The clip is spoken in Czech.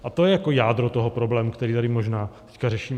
A to je jádro toho problému, který tady možná teď řešíme.